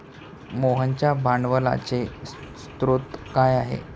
मोहनच्या भांडवलाचे स्रोत काय आहे?